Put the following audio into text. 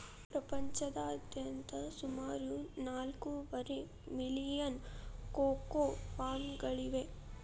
ಪ್ರಪಂಚದಾದ್ಯಂತ ಸುಮಾರು ನಾಲ್ಕೂವರೆ ಮಿಲಿಯನ್ ಕೋಕೋ ಫಾರ್ಮ್ಗಳಿವೆ